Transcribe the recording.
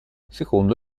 secondo